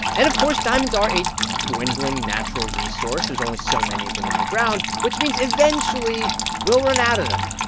and, of course, diamonds are a dwindling natural resource. there's only so many of them in the ground, which means eventually we'll run out of them.